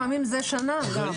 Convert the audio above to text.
לפעמים זה שנה גם.